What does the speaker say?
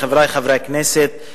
חברי חברי הכנסת,